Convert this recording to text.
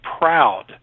proud